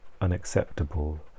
unacceptable